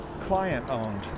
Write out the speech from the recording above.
client-owned